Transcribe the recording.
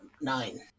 nine